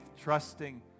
trusting